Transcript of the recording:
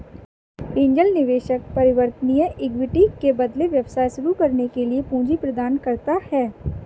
angel निवेशक परिवर्तनीय equity के बदले व्यवसाय शुरू करने के लिए पूंजी प्रदान करता है